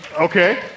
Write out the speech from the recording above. Okay